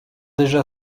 déjà